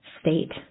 state